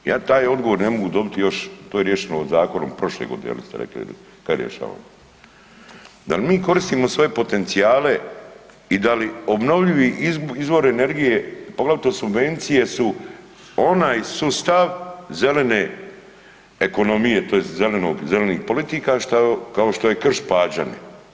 Ja taj odgovor ne mogu dobiti još, to je riješeno zakonom prošle godine, vi ste rekli kad je rješavano, da mi koristimo sve potencijale i da li obnovljivi izvori energije, poglavito subvencije su onaj sustav zelene ekonomije tj. zelenih politika, kao što je Krš Pađene.